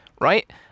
right